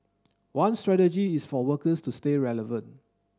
one strategy is for workers to stay relevant